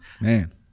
Man